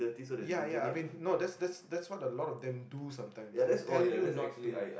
ya ya I mean no that's that's that's what a lot of them do sometimes they will tell you not to